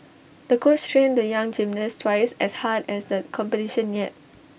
the coach trained the young gymnast twice as hard as the competition neared